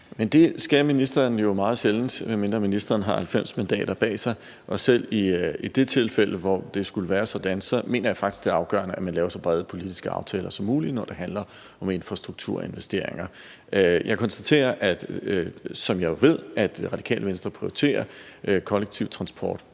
Jamen det skal ministeren jo meget sjældent, medmindre ministeren har 90 mandater bag sig – og selv i det tilfælde, hvor det skulle være sådan, så mener jeg faktisk, at det er afgørende, at man laver så brede politiske aftaler som muligt, når det handler om infrastrukturinvesteringer. Jeg konstaterer, som jeg jo ved, at Radikale Venstre prioriterer kollektiv transport